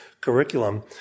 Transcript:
curriculum